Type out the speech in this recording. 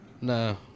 No